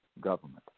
government